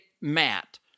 Matt